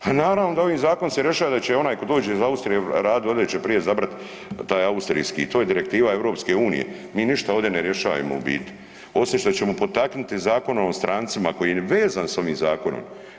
Pa naravno da ovim zakonom se rješava da će onaj tko dođe iz Austrije radit ovde da će prije izabrat taj austrijski i to je Direktiva EU, mi ništa ovdje ne rješajemo u biti osim što ćemo potaknuti Zakonom o strancima koji je vezan s ovim zakonom.